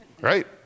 right